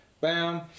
bam